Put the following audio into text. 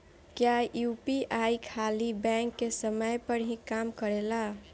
क्या यू.पी.आई खाली बैंक के समय पर ही काम करेला?